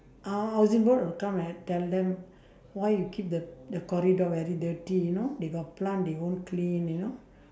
ah housing board will come and tell them why you keep the corridor very dirty you know they got plant they won't clean you know